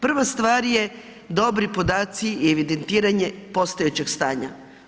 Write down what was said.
Prva stvar je dobri podaci i evidentiranje postojećeg stanja.